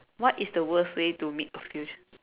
what is the worst way to meet a future